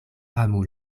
amu